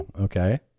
Okay